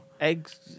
Eggs